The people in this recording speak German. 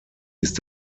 ist